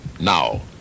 Now